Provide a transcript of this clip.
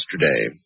yesterday